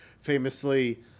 famously